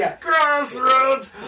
crossroads